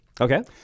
Okay